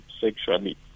sexually